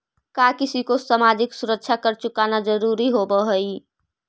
का किसी को सामाजिक सुरक्षा कर चुकाना जरूरी होवअ हई